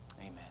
amen